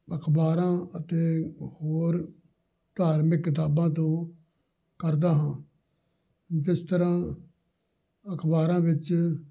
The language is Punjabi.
ਅਖ਼ਬਾਰਾਂ ਅਤੇ ਹੋਰ ਧਾਰਮਿਕ ਕਿਤਾਬਾਂ ਤੋਂ ਕਰਦਾ ਹਾਂ ਜਿਸ ਤਰ੍ਹਾਂ ਅਖ਼ਬਾਰਾਂ ਵਿੱਚ